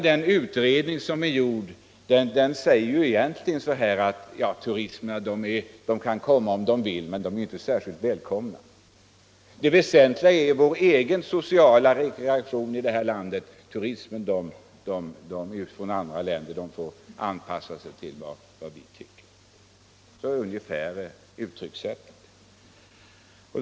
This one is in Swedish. Den utredning som nu har gjorts säger egentligen: Turisterna kan komma om de vill, men de är inte särskilt välkomna. Det väsentliga är vår egen sociala rekreation här i landet; turisterna från andra länder får anpassa sig till vad vi tycker. — Så ungefär uttrycker man sig.